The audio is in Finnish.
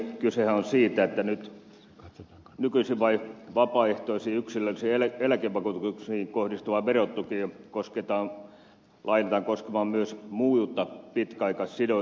kysehän on siitä että nykyisin vapaaehtoisiin yksilöllisiin eläkevakuutuksiin kohdistuva verotuki laajennetaan koskemaan myös muuta pitkäaikaissijoittamista